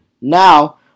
Now